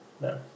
No